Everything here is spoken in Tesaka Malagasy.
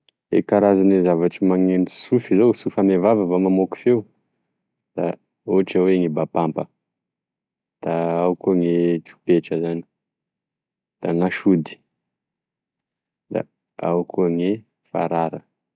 E karazagne zavatry maneno sofy zao sofy ame vava vao mamoky feo da ohatry oe ny bapampa, da ao koa gne fipetra zany da na sody, ao koa gne farara.